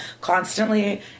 Constantly